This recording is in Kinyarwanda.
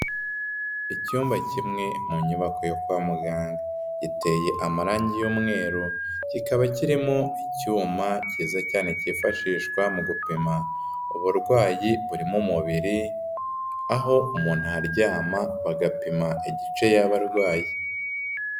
Icyumba kimwe mu nyubako yo kwa muganga, giteye amarangi y'umweru, kikaba kirimo icyuma kiza cyane kifashishwa mu gupima uburwayi burimo umubiri, aho umuntu aryama bagapima igice yaba arwaye.